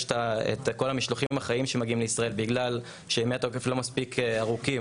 את כל המשלוחים החיים שמגיעים לישראל בגלל שימי התקף לא מספיק ארוכים,